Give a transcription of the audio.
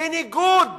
בניגוד